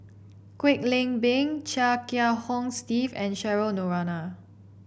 Kwek Leng Beng Chia Kiah Hong Steve and Cheryl Noronha